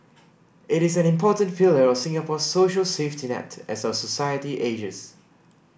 it is an important pillar of Singapore's social safety net as our society ages